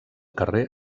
carrer